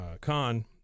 con